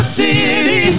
city